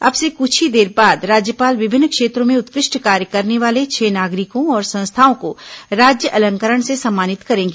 अब से कुछ ही देर बाद राज्यपाल विभिन्न क्षेत्रों में उत्कृष्ट कार्य करने वाले छह नागरिकों और संस्थाओं को राज्य अलंकरण से सम्मानित करेंगी